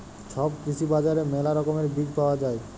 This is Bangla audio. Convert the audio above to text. ছব কৃষি বাজারে মেলা রকমের বীজ পায়া যাই